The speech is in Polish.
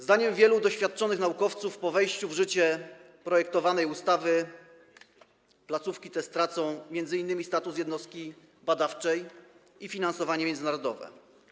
Zdaniem wielu doświadczonych naukowców po wejściu projektowanej ustawy w życie placówki te stracą m.in. status jednostek badawczych i finansowanie międzynarodowe.